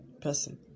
person